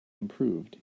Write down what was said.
improved